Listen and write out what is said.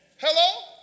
Hello